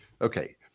okay